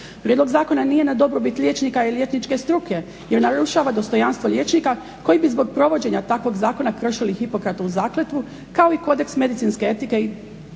Prijedlog zakona nije na dobrobit liječnika i liječničke struke jer narušava dostojanstvo liječnika koji bi zbog provođenja takvog zakona kršili Hipokratovu zakletvu kao i Kodeks medicinske etike i